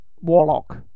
Warlock